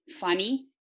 funny